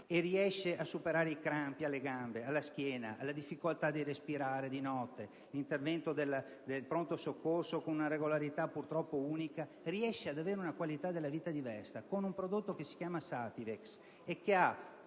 e a superare i crampi alle gambe, alla schiena, la difficoltà di respirare di notte, con l'intervento di pronto soccorso con una regolarità purtroppo unica, riesce ad avere una qualità della vita diversa con un farmaco che si chiama Satirex, una